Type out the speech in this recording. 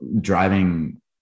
driving